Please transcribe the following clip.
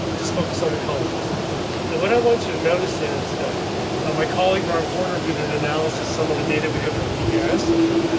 just focus on the colours and what i want you to notice is that ah my colleague rob horner did an analysis. some of the data we have in our pbis ah center.